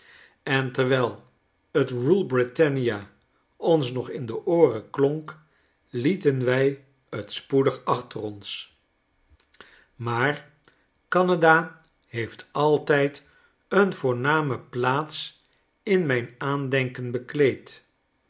en vriendschap enterwijl het rule brittania ons nog in de ooren klonk lieten wij t spoedig achter ons maar canada heeft altijd een voorname plaats in mijn aandenken bekleed